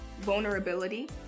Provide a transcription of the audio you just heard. vulnerability